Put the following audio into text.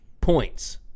points